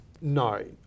No